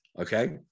Okay